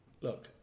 Look